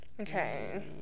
Okay